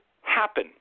happen